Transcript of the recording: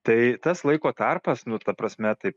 tai tas laiko tarpas nu ta prasme taip